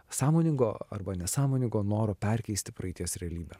sąmoningo arba nesąmoningo noro perkeisti praeities realybę